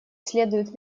следуют